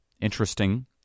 Interesting